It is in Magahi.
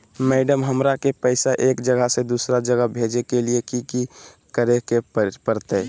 मैडम, हमरा के पैसा एक जगह से दुसर जगह भेजे के लिए की की करे परते?